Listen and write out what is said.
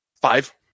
Five